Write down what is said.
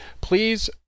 Please